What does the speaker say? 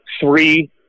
Three